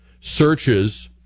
searches